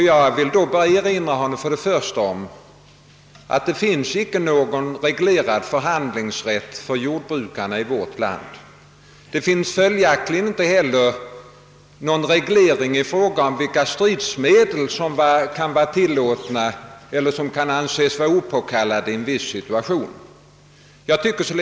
Jag vill då först erinra om att det inte finns någon reglerad förhandlingsrätt för jordbrukarna i vårt land och följaktligen inte heller någon reglering i fråga om vilka stridsmedel som kan anses vara tillåtna respektive opåkallade i en viss situation.